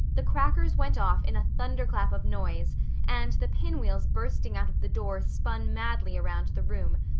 the crackers went off in a thunderclap of noise and the pinwheels bursting out of the door spun madly around the room,